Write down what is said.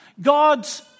God's